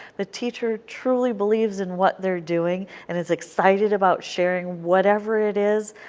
the teacher truly believes in what they are doing and is excited about sharing whatever it is.